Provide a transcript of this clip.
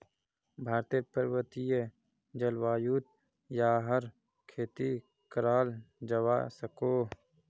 भारतेर पर्वतिये जल्वायुत याहर खेती कराल जावा सकोह